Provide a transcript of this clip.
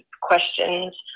questions